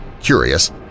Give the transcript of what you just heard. Curious